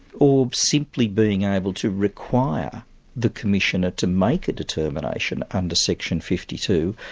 or simply being able to require the commissioner to make a determination under section fifty two,